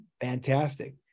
Fantastic